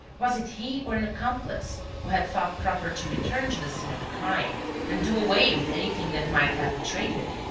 was it he or an accomplice who had thought proper to return to the scene of the crime and do away with anything that might have betrayed him?